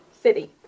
city